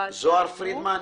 --- זהר פרידמן,